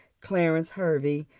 clarence hervey,